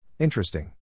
Interesting